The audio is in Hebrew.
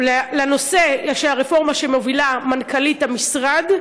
לנושא של הרפורמה שמובילה מנכ"לית המשרד,